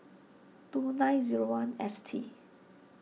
two nine zero one S T